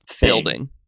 building